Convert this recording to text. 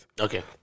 okay